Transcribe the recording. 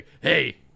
Hey